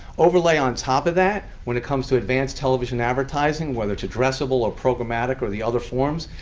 overlay on top of that, when it comes to advanced television advertising, whether it's addressable or programmatic or the other forms,